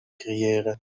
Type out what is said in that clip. creëren